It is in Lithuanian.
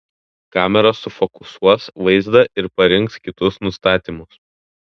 kamera sufokusuos vaizdą ir parinks kitus nustatymus